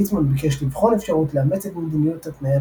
ליצמן ביקש לבחון אפשרות לאמץ את מדיניות התניית